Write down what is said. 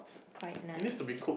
quite nice